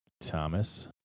Thomas